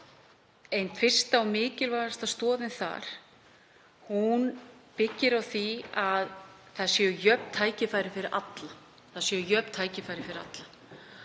ein fyrsta og mikilvægasta stoðin þar byggir á því að það séu jöfn tækifæri fyrir alla.